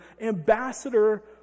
ambassador